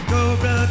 Cobra